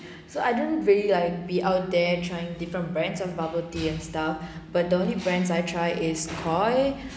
so I don't really like be out there trying different brands of bubble tea and stuff but the only brands I try is koi